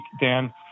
Dan